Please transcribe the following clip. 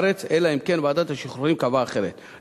הארץ אלא אם כן ועדת השחרורים קבעה אחרת.